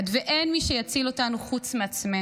ואין מי שיציל אותנו חוץ מעצמנו.